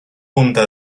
punta